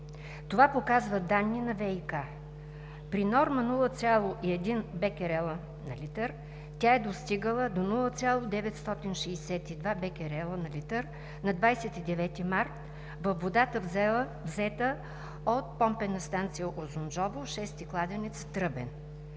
Това показват данни на ВиК. При норма 0,1 бекерела на литър тя е достигнала до 0,962 бекерела на литър на 29 март във вода, взета от Помпена станция „Узунджово“, шести кладенец – тръбен.